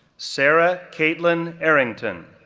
sarah caitlyn arrington,